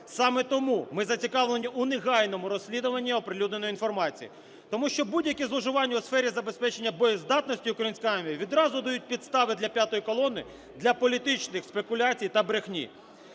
Саме тому ми зацікавлені у негайному розслідуванні оприлюдненої інформації. Тому що будь-які зловживання у сфері забезпечення боєздатності української армії відразу дають підстави для "п'ятої колони" для політичних спекуляцій та брехні.